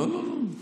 לא, לא.